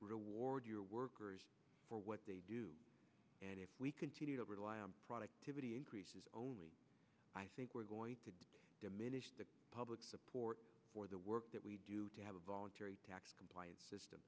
reward your workers for what they do and if we continue to rely on productivity increases only i think we're going to diminish the public support for the work that we do have a voluntary tax compliance system